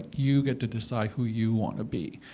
you get to decide who you want to be.